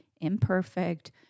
imperfect